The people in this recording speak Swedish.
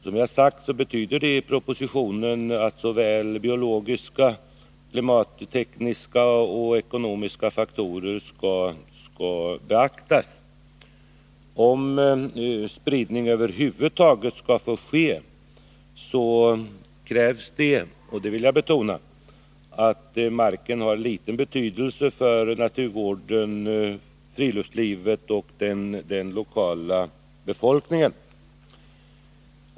Som jag har sagt i propositionen skall därvid såväl biologiska och tekniska som ekonomiska faktorer beaktas. Om spridning över huvud taget skall få ske, krävs det — det vill jag betona — att marken är av liten betydelse för naturvården, friluftslivet och den lokala befolkningen.